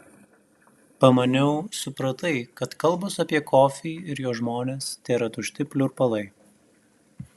pamaniau supratai kad kalbos apie kofį ir jo žmones tėra tušti pliurpalai